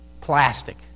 plastic